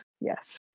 yes